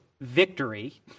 victory